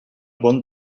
bon